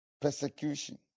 Persecution